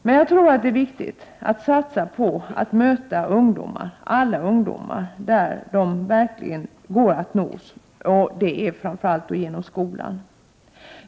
Men det är också viktigt att satsa på att möta ungdomarna där vi verkligen kan nå alla, framför allt genom skolan.